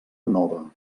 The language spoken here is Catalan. nova